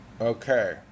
Okay